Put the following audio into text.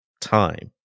time